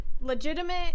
legitimate